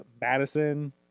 Madison